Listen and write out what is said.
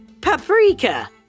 Paprika